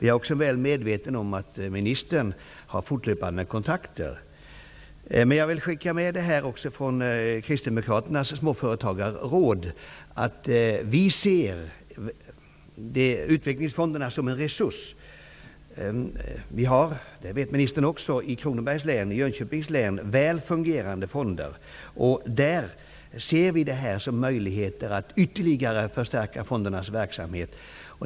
Jag är också väl medveten om att ministern har fortlöpande kontakter med utredaren. Jag vill ändå skicka med från Kristdemokraternas småföretagarråd att vi ser utvecklingsfonderna som en resurs. Som ministern vet har vi i Kronobergs län och Jönköpings län väl fungerande fonder. Där ser vi detta som en möjlighet att ytterligare förstärka fondernas verksamhet.